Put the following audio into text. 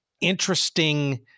interesting